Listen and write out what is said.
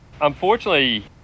Unfortunately